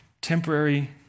temporary